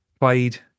played